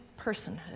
personhood